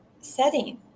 setting